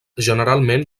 generalment